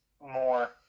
more